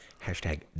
Hashtag